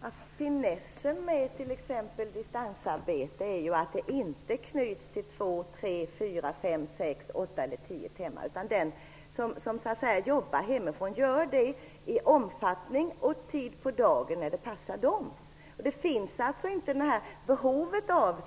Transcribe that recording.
Herr talman! Finessen med t.ex. distansarbete är ju att det inte knyts till två, tre, fyra, fem, sex, åtta eller tio timmar. Den som jobbar hemifrån gör det vid de tider som passar dem. Det finns inte något behov av